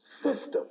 system